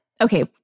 Okay